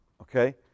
Okay